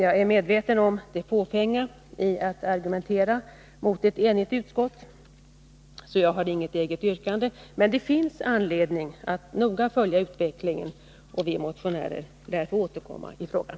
Jag är medveten om det fåfänga i att argumentera mot ett enigt utskott, så jag har inget eget yrkande. Men det finns anledning att noga följa utvecklingen, och vi motionärer lär få återkomma i frågan.